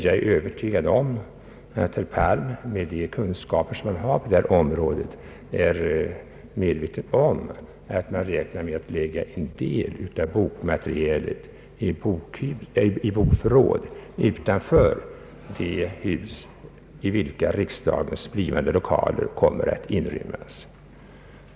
Jag är övertygad om att herr Palm med de kunskaper som han har på detta område är medveten om att man räknar med att lägga en del av bokmaterialet i bokförråd utanför de hus i vilka riks dagen framdeles kommer att inrymmas.